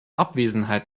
abwesenheit